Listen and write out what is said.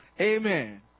Amen